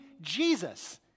Jesus